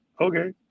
okay